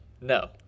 No